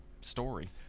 story